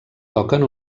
toquen